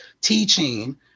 teaching